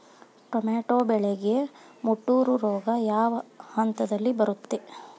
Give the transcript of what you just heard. Tomato ಬೆಳೆಗೆ ಮುಟೂರು ರೋಗ ಯಾವ ಹಂತದಲ್ಲಿ ಬರುತ್ತೆ?